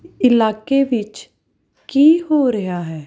ਇਲਾਕੇ ਵਿੱਚ ਕੀ ਹੋ ਰਿਹਾ ਹੈ